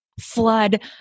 flood